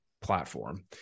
platform